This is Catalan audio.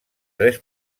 tres